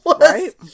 right